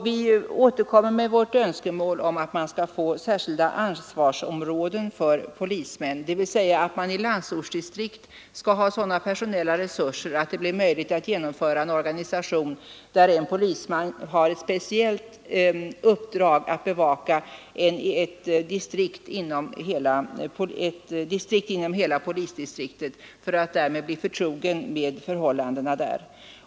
Vi återkommer med vårt önskemål att man skall få särskilda ansvarsområden för polismän, dvs. att man i landsortsdistrikt skall ha sådana personella resurser att det blir möjligt att genomföra en organisation där en polisman har ett speciellt uppdrag att bevaka ett område inom polisdistriktet för att därmed bli förtrogen med förhållandena där.